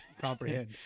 comprehend